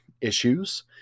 issues